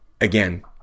again